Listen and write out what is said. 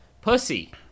pussy